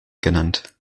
genannt